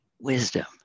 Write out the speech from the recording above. wisdom